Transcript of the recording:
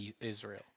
Israel